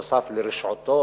נוסף על רשעותו,